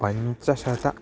पञ्चशतम्